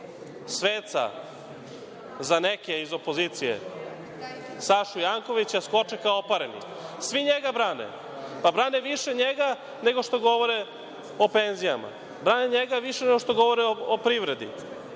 sveca, za neke iz opozicije Sašu Jankovića, skoče kao opareni. Svi njega brane. Brane više njega nego što govore o penzijama. Brane njega više nego što govore o privredi.